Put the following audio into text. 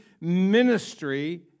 ministry